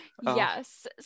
Yes